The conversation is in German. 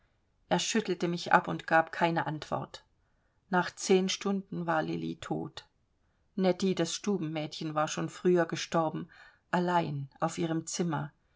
er schüttelte mich ab und gab keine antwort nach zehn stunden war lilli tot netti das stubenmädchen war schon früher gestorben allein auf ihrem zimmer